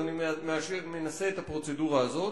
אז אני מנסה את הפרוצדורה הזו.